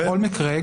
בכל מקרה,